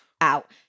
out